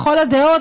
לכל הדעות,